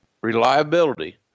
reliability